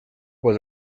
was